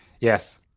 Yes